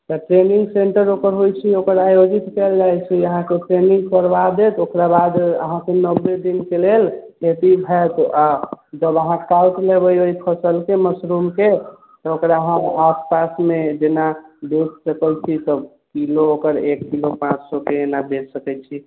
तऽ training centre एकर होइत छै ओकर अहाँकेंँ ट्रेनिङ्ग करबा देत ओकरा बाद अहाँकेँ नबे दिनके लेल खेती होएत आ अहाँ जब काटि लेबै ओहि फसलके मशरूमके तऽ ओकरा अहाँ आसपासमे जेना बेंँच सकैत छी सब किलो ओकर एक किलो पांँच सए के एना बेच सकैत छी